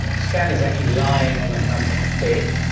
stan is actually lying on a kind of bed,